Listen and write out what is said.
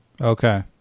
Okay